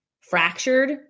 fractured